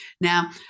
Now